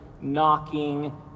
knocking